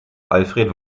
alfred